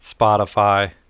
Spotify